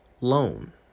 loan